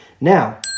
Now